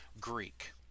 Greek